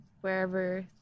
wherever